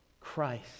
Christ